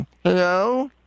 hello